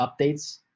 updates